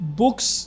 books